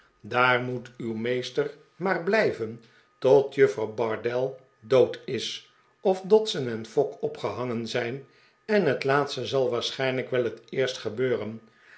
daar moet uw meester maar blijven tot juffrouw bardell dodd is of dodson en fogg opgehangen zijn en het laatste zal waarschijnlijk wel het eerst gebeuren